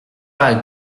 pas